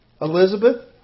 Elizabeth